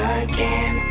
again